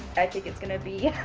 i think it's gonna be